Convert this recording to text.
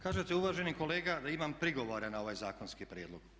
Kažete uvaženi kolega da imam prigovore na ovaj zakonski prijedlog.